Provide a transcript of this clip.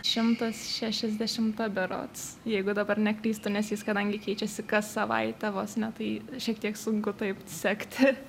šimtas šešiasdešimta berods jeigu dabar neklystu nes jis kadangi keičiasi kas savaitę vos ne tai šiek tiek sunku taip sekti